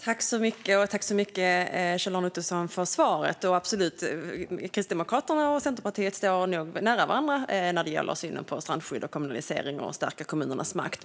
Fru talman! Jag tackar Kjell-Arne Ottosson för svaret. Kristdemokraterna och Centerpartiet står nog nära varandra när det gäller synen på strandskydd och kommunalisering och att stärka kommunernas makt.